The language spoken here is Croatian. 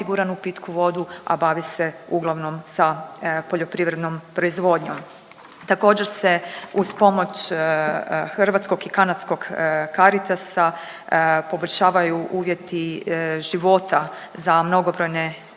uvjeti života za mnogobrojne obitelji